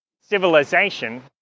civilization